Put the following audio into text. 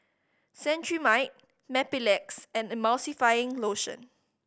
Cetrimide Mepilex and Emulsying Motion